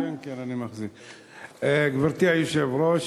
גברתי היושבת-ראש,